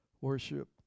Worship